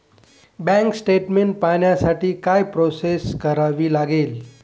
Bank statement पाहण्यासाठी काय process करावी लागेल?